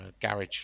garage